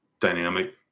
dynamic